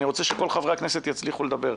אני רוצה שכל חברי הכנסת יצליחו לדבר.